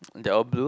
they're all blue